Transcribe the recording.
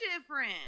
different